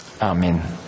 Amen